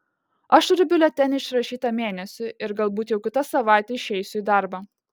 aš turiu biuletenį išrašytą mėnesiui ir galbūt jau kitą savaitę išeisiu į darbą